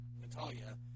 Natalia